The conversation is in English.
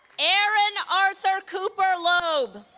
aaron arthur cooper-lob